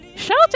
Shout